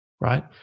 right